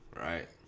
right